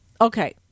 okay